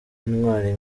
intwari